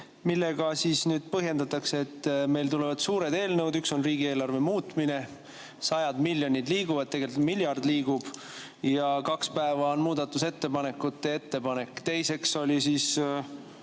millega põhjendatakse seda, et kui meil tulevad suured eelnõud, üks on riigieelarve muutmine, sajad miljonid liiguvad, tegelikult miljard liigub, ja kaks päeva on muudatusettepanekute tähtaeg? Teiseks oli, kui